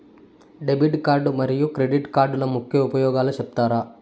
Debit card మరియు credit కార్డుల ముఖ్య ఉపయోగాలు సెప్తారా?